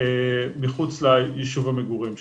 מחוץ ליישוב המגורים שלהם.